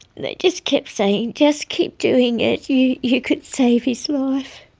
they just kept saying, just keep doing it, you you could save his life.